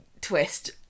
twist